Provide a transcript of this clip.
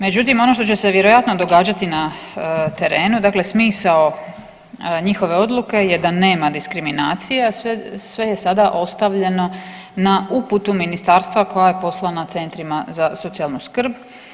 Međutim, ono što će se vjerojatno događati na terenu, dakle smisao njihove odluke je da nema diskriminacije, a sve je sada ostavljeno na uputu ministarstva koja je poslana Centrima za socijalnu skrb.